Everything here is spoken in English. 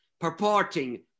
purporting